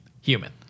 human